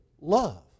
love